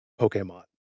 pokemon